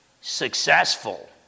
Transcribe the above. successful